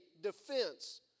defense